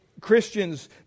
Christians